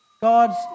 God's